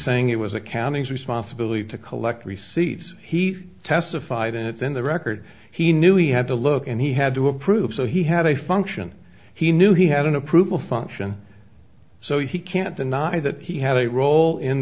saying it was a county's responsibility to collect receives he testified and it's in the record he knew he had to look and he had to approve so he had a function he knew he had an approval function so he can't deny that he had a role in